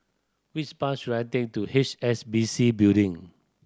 which bus should I take to H S B C Building